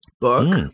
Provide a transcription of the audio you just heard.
book